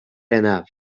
enough